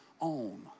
own